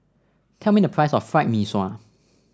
tell me the price of Fried Mee Sua